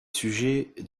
sujets